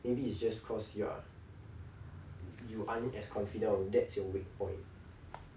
maybe it's just cause you are you aren't as confident and that's your weak point